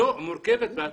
מורכבת.